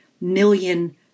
million